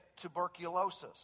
tuberculosis